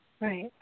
Right